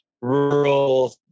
rural